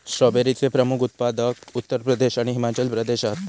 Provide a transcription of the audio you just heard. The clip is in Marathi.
स्ट्रॉबेरीचे प्रमुख उत्पादक उत्तर प्रदेश आणि हिमाचल प्रदेश हत